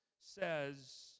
says